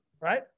right